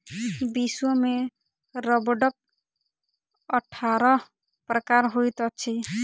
विश्व में रबड़क अट्ठारह प्रकार होइत अछि